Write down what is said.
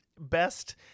best